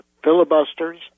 filibusters